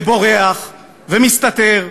ובורח ומסתתר,